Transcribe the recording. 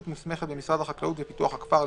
מוסמכת במשרד החקלאות ופיתוח הכפר,